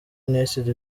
united